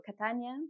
Catania